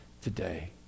today